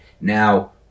Now